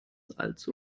allzu